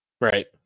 Right